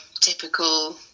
typical